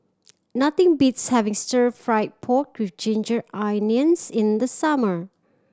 nothing beats having Stir Fried Pork With Ginger Onions in the summer